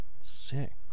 sick